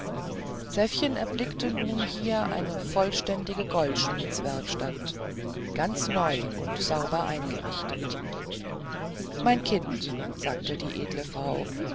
sephchen erblickte nun hier eine vollständige goldschmiedswerkstatt ganz neu und sauber eingerichtet mein kind sagte die edle frau